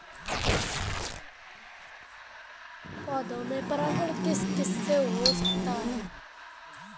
पौधों में परागण किस किससे हो सकता है?